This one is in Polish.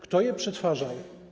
Kto je przetwarzał?